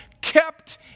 Kept